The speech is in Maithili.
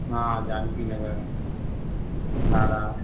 हँ जानकी नगर धारा